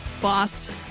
boss